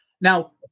Now